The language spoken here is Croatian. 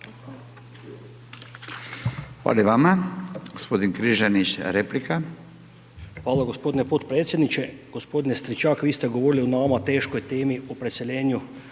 Hvala i vama. Gospodin Križanić, replika. **Križanić, Josip (HDZ)** Hvala gospodine potpredsjedniče. Gospodine Stričak vi ste govorili o nama teškoj temi, o preseljenju